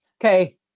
Okay